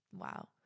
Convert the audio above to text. Wow